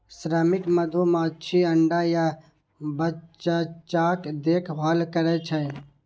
श्रमिक मधुमाछी अंडा आ बच्चाक देखभाल करै छै